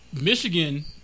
Michigan